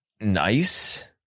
Nice